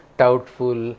doubtful